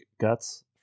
guts